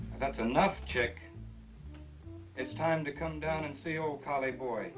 that's enough chick it's time to come down and say oh call a boy